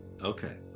Okay